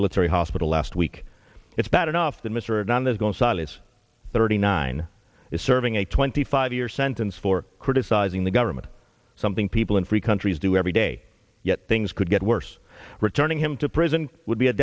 military hospital last week it's bad enough that mr nunn has gone salis thirty nine is serving a twenty five year sentence for criticizing the government something people in free countries do every day yet things could get worse returning him to prison would be a